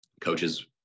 coaches